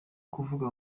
kuvuga